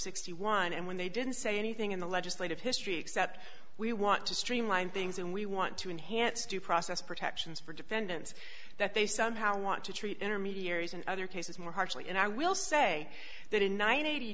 sixty one and when they didn't say anything in the legislative history except we want to streamline things and we want to enhance due process protections for defendants that they somehow want to treat intermediaries and other cases more harshly and i will say that in ninet